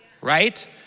right